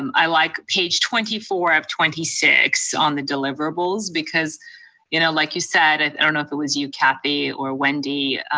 um i like page twenty four of twenty six on the deliverables because you know like you said, i don't know if it was you kathy or wendy,